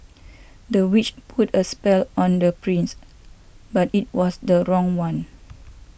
the witch put a spell on the prince but it was the wrong one